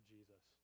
Jesus